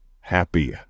happy